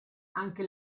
anche